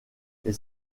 les